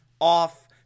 off